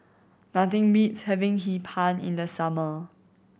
nothing beats having Hee Pan in the summer